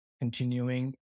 continuing